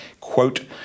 quote